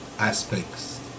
aspects